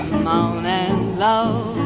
moanin' low,